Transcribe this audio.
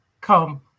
come